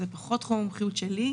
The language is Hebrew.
זה פחות תחום המומחיות שלי.